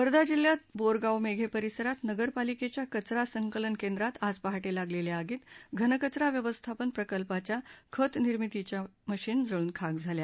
वर्धा जिल्ह्यात बोरगाव मेघे परिसरात नगर पालिकेच्या कचरा संकलन केंद्रात आज पहाटे लागलेल्या आगीत घनकचरा व्यवस्थापन प्रकल्पाच्या खत निर्मितीच्या मशीन जळून खाक झाल्या